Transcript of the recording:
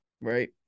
right